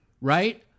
right